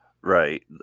right